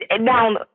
Now